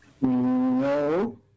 no